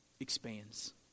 expands